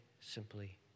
simply